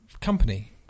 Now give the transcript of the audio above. company